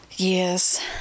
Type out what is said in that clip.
yes